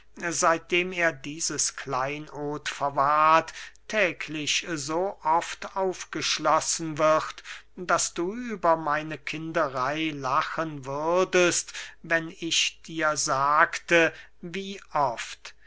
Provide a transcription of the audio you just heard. seitdem er dieses kleinod verwahrt täglich so oft aufgeschlossen wird daß du über meine kinderey lachen würdest wenn ich dir sagte wie oft